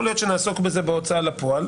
יכול להיות שנעסוק בזה בחוק ההוצאה לפועל,